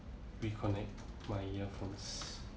reconnect my earphones